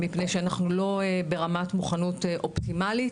מפני שאנחנו לא ברמת מוכנות אופטימלית.